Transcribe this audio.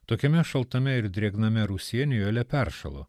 tokiame šaltame ir drėgname rūsyje nijolė peršalo